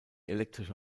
elektrische